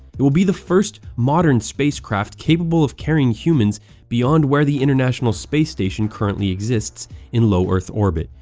it will be the first modern spacecraft capable of carrying humans beyond where the international space station currently exists in low earth orbit,